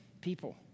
people